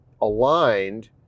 aligned